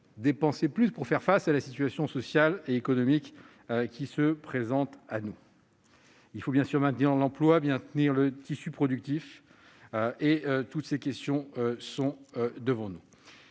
dépenser plus pour faire face à la situation sociale et économique qui se présente à nous, maintenir l'emploi et le tissu productif. Toutes ces questions sont devant nous.